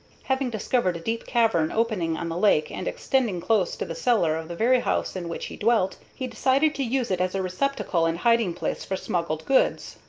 having discovered a deep cavern opening on the lake and extending close to the cellar of the very house in which he dwelt, he decided to use it as a receptacle and hiding-place for smuggled goods.